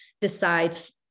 decides